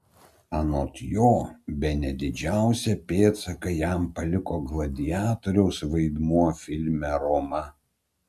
anot jo bene didžiausią pėdsaką jam paliko gladiatoriaus vaidmuo filme roma